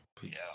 Peace